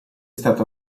stato